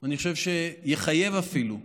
אני חושב שיחייב אפילו,